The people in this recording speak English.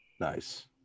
Nice